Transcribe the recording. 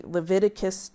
Leviticus